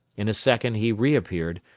in a second he re-appeared,